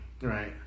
right